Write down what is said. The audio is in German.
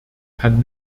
kann